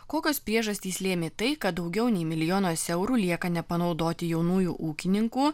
kokios priežastys lėmė tai kad daugiau nei milijonas eurų lieka nepanaudoti jaunųjų ūkininkų